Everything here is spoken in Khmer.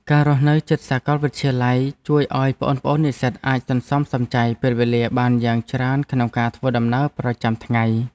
ការរស់នៅជិតសាកលវិទ្យាល័យជួយឱ្យប្អូនៗនិស្សិតអាចសន្សំសំចៃពេលវេលាបានយ៉ាងច្រើនក្នុងការធ្វើដំណើរប្រចាំថ្ងៃ។